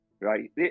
right